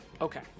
okay